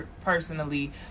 personally